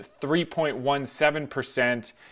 3.17%